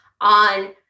on